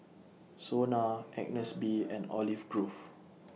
Sona Agnes B and Olive Grove